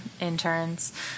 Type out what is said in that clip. interns